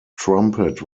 trumpet